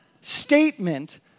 statement